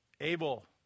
Abel